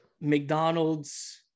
mcdonald's